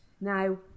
Now